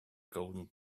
golden